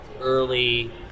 early